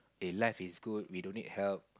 eh life is good we don't need help